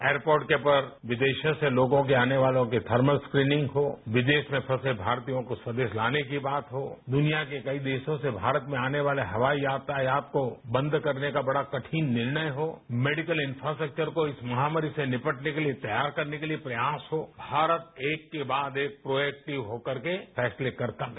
airport पर विदेशों से आने वाले लोगों के थर्मल स्क्रीनिंस्क्रीनिंग हों विदेश में फंसे भारतीयों को स्वदेश लाने की बात हो दुनिया के कई देशों से भारत में आने वाले हवाई यातायात को बंद करने का बड़ा कठिन निर्णय हो मेडिकल इंफ्रास्टेक्चर को इस महामारी से निपटने के लिए तैयार करने के लिए प्रयास हों भारत एक के बाद एक प्रोएक्टिव होकर के फैसले करता गया